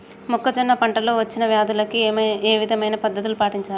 మొక్కజొన్న పంట లో వచ్చిన వ్యాధులకి ఏ విధమైన పద్ధతులు పాటించాలి?